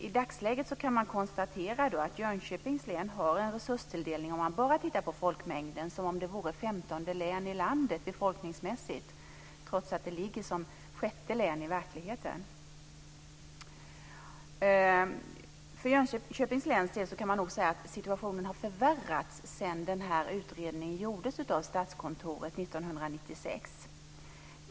I dagsläget kan man konstatera att Jönköpings län har en resurstilldelning, om man bara tittar på folkmängden, som om det vore det femtonde länet i landet befolkningsmässigt trots att det ligger som sjätte län i verkligheten. För Jönköpings läns del kan man nog säga att situationen har förvärrats sedan den här utredningen gjordes av Statskontoret 1996.